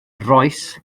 rois